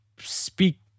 speak